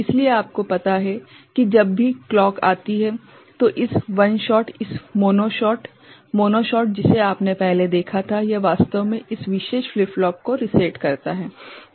इसलिए आपको पता है कि जब भी क्लॉक आती है तो इस वन शॉट इस मोनो शॉट मोनो शॉट जिसे आपने पहले देखा था यह वास्तव में इस विशेष फ्लिप फ्लॉप को रीसेट करता हैं